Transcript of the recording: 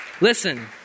Listen